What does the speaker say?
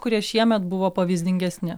kurie šiemet buvo pavyzdingesni